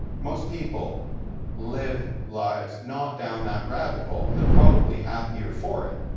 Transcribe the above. most people live lives not down that rabbit hole, and they're probably happier for it.